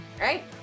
Right